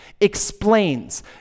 explains